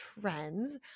trends